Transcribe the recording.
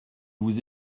vous